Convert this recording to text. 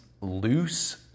loose